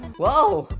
whoa,